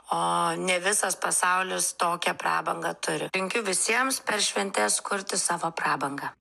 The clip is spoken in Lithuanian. o ne visas pasaulis tokią prabangą turi linkiu visiems per šventes kurti savo prabangą